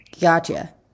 Gotcha